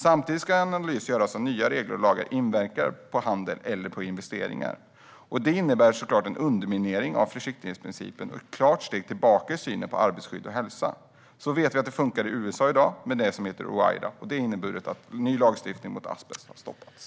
Samtidigt ska en analys göras av om nya lagar och regler inverkar på handel eller investeringar. Detta innebär såklart en underminering av försiktighetsprincipen och är ett klart steg tillbaka i synen på arbetsskydd och hälsa. Så vet vi att det funkar i USA i dag med det som heter Oira vilket inneburit att ny lagstiftning mot asbest har stoppats.